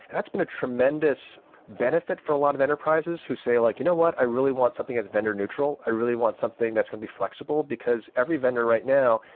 that's been a tremendous benefit for a lot of enterprises who say like, you know what? i really want something as vendor neutral. i really want something that's going to be flexible, because every vendor right now,